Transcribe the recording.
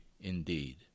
indeed